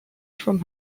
from